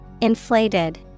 inflated